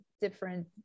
different